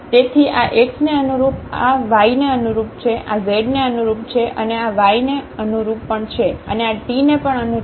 તેથી આ x ને અનુરૂપ આ y ને અનુરૂપ છે આ z ને અનુરૂપ છે અને આ y ને અનુરૂપ છે અને આ t ને અનુરૂપ છે